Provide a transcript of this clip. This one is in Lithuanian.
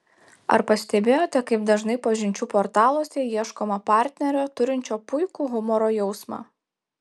ar pastebėjote kaip dažnai pažinčių portaluose ieškoma partnerio turinčio puikų humoro jausmą